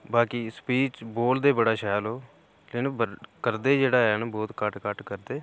बाकी स्पीच बोलदे बड़ा शैल ओ लेकिन करदे जेह्ड़ा हैन बोह्त घट्ट घट्ट करदे